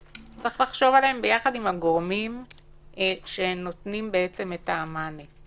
צריך לחשוב עליהם יחד עם הגורמים שנותנים את המענה.